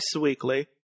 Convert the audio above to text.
weekly